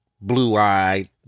blue-eyed